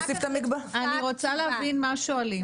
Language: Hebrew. שואלים.